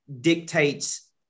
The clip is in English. dictates